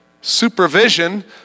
Supervision